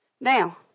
Now